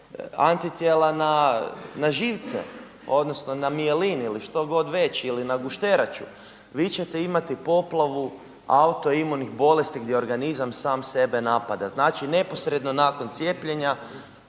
antitijela na živce odnosno na mijelin ili što god već ili na gušteraču, vi ćete imati poplavu autoimunih bolesti gdje organizam sam sebe napada. Znači neposredno nakon cijepljenja